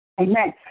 Amen